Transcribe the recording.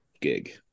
gig